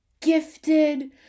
gifted